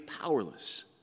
powerless